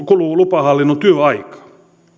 kuluu lupahallinnon työaikaa